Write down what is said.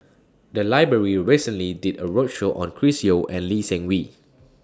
The Library recently did A roadshow on Chris Yeo and Lee Seng Wee